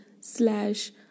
Slash